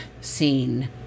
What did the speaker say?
scene